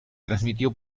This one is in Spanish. transmitió